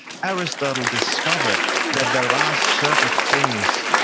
aristotle discovered that there are ah certain things,